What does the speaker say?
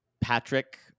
Patrick